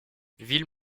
ville